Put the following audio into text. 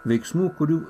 veiksmų kurių